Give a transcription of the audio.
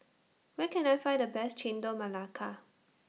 Where Can I Find The Best Chendol Melaka